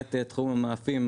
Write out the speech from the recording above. למעט בתחום המאפים,